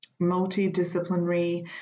multidisciplinary